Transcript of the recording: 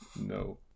No